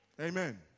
Amen